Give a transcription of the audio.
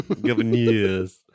Governors